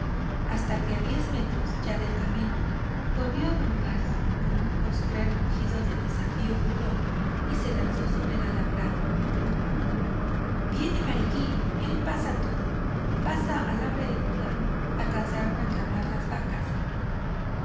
hasta que a diez metros ya del camino volvió grupas con un postrer mugido de desafío burlón y se lanzó sobre el alambrado viene barigüí el pasa todo pasa alambre de púa alcanzaron a clamar las vacas